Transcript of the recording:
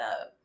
up